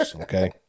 okay